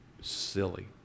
silly